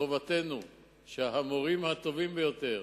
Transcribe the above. וחובתנו שהמורים הטובים ביותר